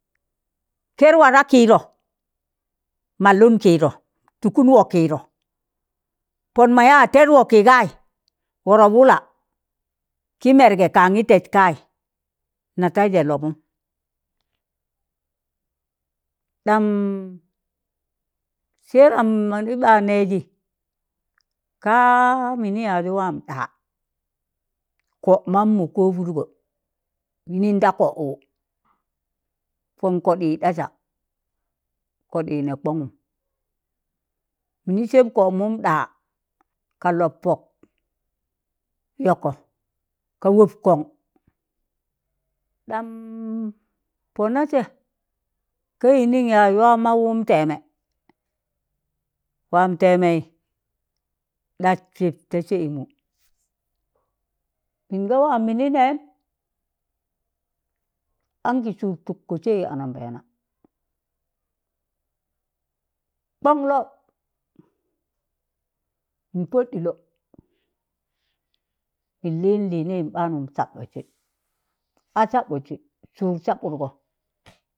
Kẹr wa da kiidọ mallụn kiidọ tụkụn wọ kiidọ pọn mọ yaa tẹd wọki gai, wọrọp wụla ki mẹrgẹ kangi tẹs kai, na tẹijẹ lọbụm, ɗam sẹiram mọna ɓa nẹji kaa mini yaazụ waam ɗa, kọd mammụ kọbụdgọ yinin da kọ'wụ, pọn kọɗii ɗasa, kọɗi nẹ kọngụm, mini sẹb kọmụm ɗaa ka lọb pọk, yọkọ, ka wọb kọn, ɗam pọnasẹ, ka yini yaaz waa maụwụm tẹẹmẹ, waam tẹẹmẹi ɗas pip ta saimụ, min ga waa mini nẹm, anki sụụr tụkkọ sai anambẹẹna, kwọn lọb min pọd ɗilọ min liin liinẹim ɓaan sabụtsi, a sabụtsi, sụụr sabụtgọ.